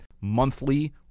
monthly